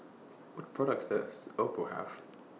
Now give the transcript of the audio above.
What products Does Oppo Have